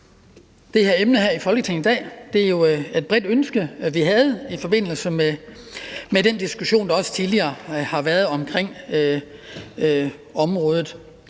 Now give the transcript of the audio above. det her emne i Folketinget i dag. Det er jo et bredt ønske, vi havde, i forbindelse med den diskussion, der også har været tidligere om området.